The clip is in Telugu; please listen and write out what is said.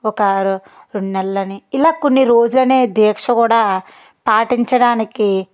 ఒక రెండు నెలలని ఇలా కొన్ని రోజులనే దీక్ష కూడా పాటించడానికి